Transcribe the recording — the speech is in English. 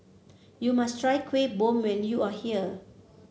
you must try Kuih Bom when you are here